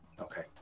Okay